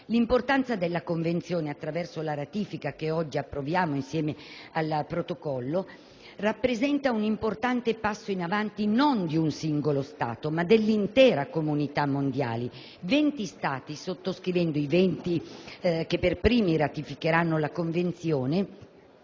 L'importanza della Convenzione attraverso la ratifica che oggi approviamo insieme al Protocollo rappresenta un importante passo in avanti non di un singolo Stato, ma dell'intera comunità mondiale. I 20 Stati che per primi hanno ratificato la Convenzione